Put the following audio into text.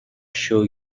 show